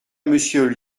monsieur